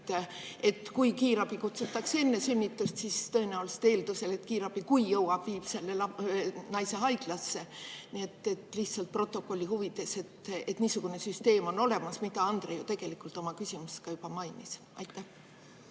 et kui kiirabi kutsutakse enne sünnitust, siis tõenäoliselt eeldusel, et kiirabi, kui jõuab, viib selle naise haiglasse. Lihtsalt protokolli huvides, et niisugune süsteem on olemas, mida Andre tegelikult oma küsimuses ka juba mainis. Aitäh,